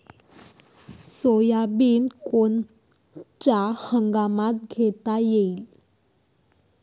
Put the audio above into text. Soybean कोनच्या हंगामात घेता येईन?